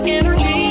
energy